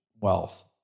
wealth